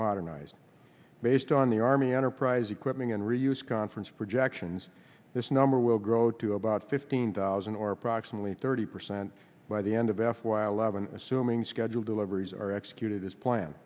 modern as based on the army enterprise equipment and reuse conference projections this number will grow to about fifteen thousand or approximately thirty percent by the end of f y eleven assuming scheduled deliveries are executed as plan